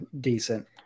decent